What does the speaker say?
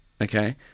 okay